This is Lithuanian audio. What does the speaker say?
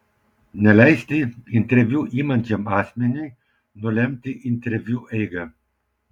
neleisti interviu imančiam asmeniui nulemti interviu eigą